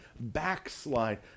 backslide